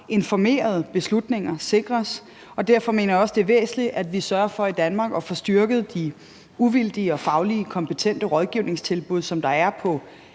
informerede beslutninger sikres, og derfor mener jeg også, det er væsentligt, at vi sørger for i Danmark at få styrket de uvildige og fagligt kompetente rådgivningstilbud, som der er på